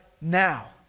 now